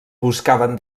buscaven